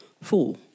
Four